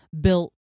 built